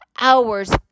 hours